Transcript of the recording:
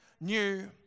new